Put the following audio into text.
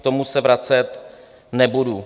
K tomu se vracet nebudu.